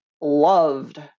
loved